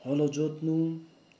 हलो जोत्नु